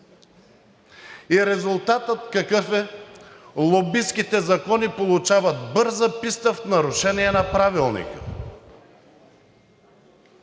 И резултатът какъв е? Лобистките закони получават бърза писта в нарушение на Правилника.